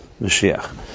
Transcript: Mashiach